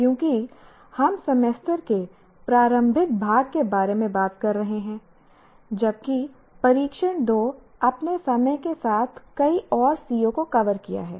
क्योंकि हम सेमेस्टर के प्रारंभिक भाग के बारे में बात कर रहे हैं जबकि परीक्षण 2 आपने समय के साथ कई और CO को कवर किया है